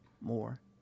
more